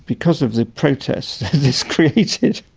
because of the protests this created,